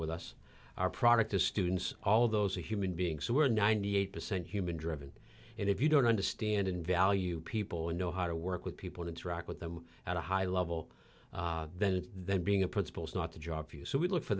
with us our product the students all of those are human beings who are ninety eight percent human driven and if you don't understand and value people and know how to work with people interact with them at a high level then it then being a principle is not the job for you so we look for